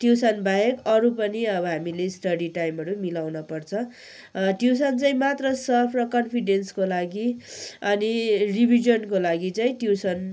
ट्युसनबाहेक अरू पनि अब हामीले स्टडी टाइमहरू मिलाउन पर्छ ट्युसन चाहिँ मात्र सफ र कन्फिड्नेसको लागि अनि रिभिजनको लागि चाहिँ ट्युसन